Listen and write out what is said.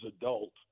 adult